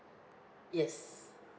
yes